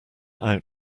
out